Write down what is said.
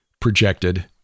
projected